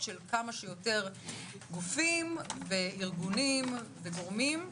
של כמה שיותר גופים וארגונים וגורמים.